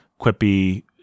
quippy